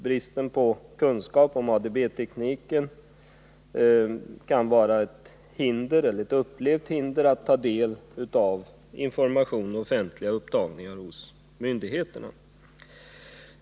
Bristen på kunskap om ADB-teknik kan upplevas som ett hinder att ta del av information och offentliga upptagningar hos myndigheterna.